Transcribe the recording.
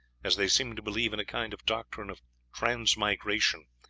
as they seem to believe in a kind of doctrine of transmigration,